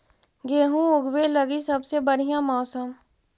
गेहूँ ऊगवे लगी सबसे बढ़िया मौसम?